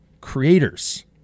creators